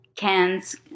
cans